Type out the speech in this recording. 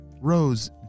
Rose